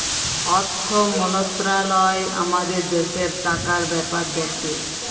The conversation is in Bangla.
অথ্থ মলত্রলালয় আমাদের দ্যাশের টাকার ব্যাপার দ্যাখে